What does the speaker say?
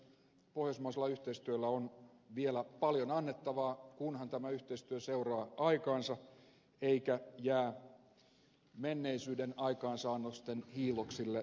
pohjoismaisella yhteistyöllä on vielä paljon annettavaa kunhan tämä yhteistyö seuraa aikaansa eikä jää menneisyyden aikaansaannosten hiilloksille lämmittelemään